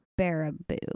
Baraboo